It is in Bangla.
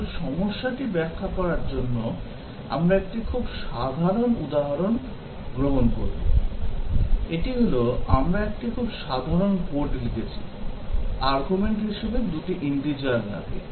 কেবল সমস্যাটি ব্যাখ্যা করার জন্য আমরা একটি খুব সাধারণ উদাহরণ গ্রহণ করব এটি হল আমরা একটি খুব সাধারণ কোড লিখেছি আর্গুমেন্ট হিসাবে 2 টি integer লাগে